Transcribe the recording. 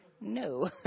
no